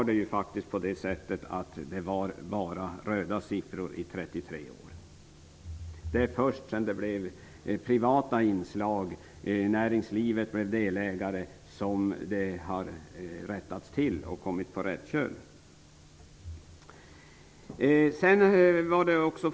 Det var bara röda siffror i 33 år. Det är först när det kom privata inslag genom att näringslivet blev delägare som det har rättats till och man har kommit på rätt köl.